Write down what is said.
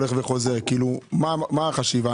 מה החשיבה?